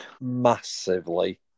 Massively